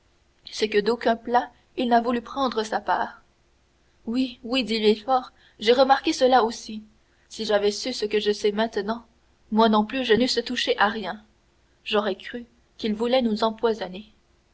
c'est que d'aucun plat il n'a voulu prendre sa part oui oui dit villefort j'ai remarqué cela aussi si j'avais su ce que je sais maintenant moi non plus je n'eusse touché à rien j'aurais cru qu'il voulait nous empoisonner